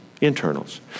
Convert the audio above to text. Internals